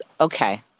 Okay